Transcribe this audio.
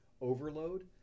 overload